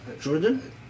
Jordan